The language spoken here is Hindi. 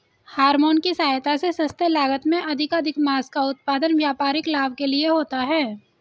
हॉरमोन की सहायता से सस्ते लागत में अधिकाधिक माँस का उत्पादन व्यापारिक लाभ के लिए होता है